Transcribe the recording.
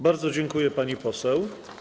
Bardzo dziękuję, pani poseł.